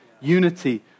Unity